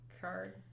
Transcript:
card